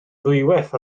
ddwywaith